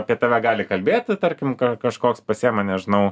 apie tave gali kalbėti tarkim kažkoks pasiima nežinau